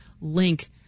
link